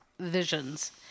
visions